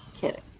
kidding